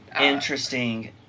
interesting